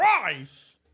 Christ